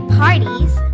parties